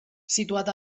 situat